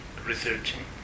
researching